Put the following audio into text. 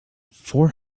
four